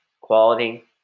quality